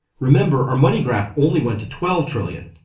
remember our money graph only went to twelve trillion.